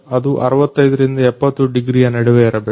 ಅದು 65 70 ಡಿಗ್ರಿಯ ನಡುವೆ ಇರಬೇಕು